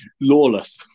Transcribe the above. lawless